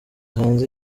hanze